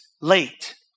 late